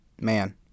man